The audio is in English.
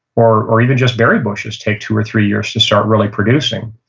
or or even just berry bushes take two or three years to start really producing.